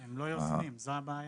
הם לא יוזמים, זאת הבעיה